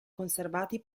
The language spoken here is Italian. conservati